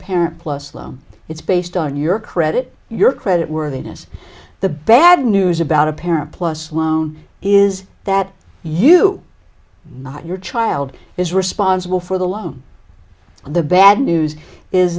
parent plus lomb it's based on your credit your credit worthiness the bad news about a parent plus loan is that you not your child is responsible for the loan and the bad news is